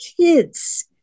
kids